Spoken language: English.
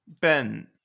Ben